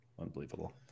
Unbelievable